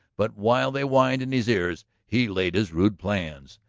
but while they whined in his ears he laid his rude plans.